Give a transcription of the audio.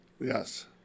Yes